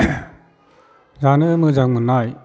जानो मोजां मोननाय